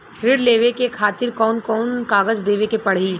ऋण लेवे के खातिर कौन कोन कागज देवे के पढ़ही?